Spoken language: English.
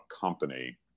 company